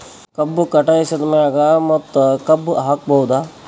ಕಬ್ಬು ಕಟಾಸಿದ್ ಮ್ಯಾಗ ಮತ್ತ ಕಬ್ಬು ಹಾಕಬಹುದಾ?